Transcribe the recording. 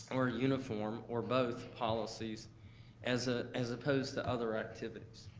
or uniform, or both policies as ah as opposed to other activities.